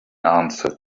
answered